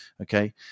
Okay